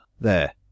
There